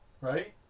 right